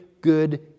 good